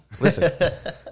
Listen